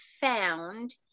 found